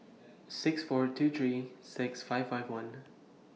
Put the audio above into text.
six four two three six five five one